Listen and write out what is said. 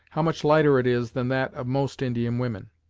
how much lighter it is than that of most indian women.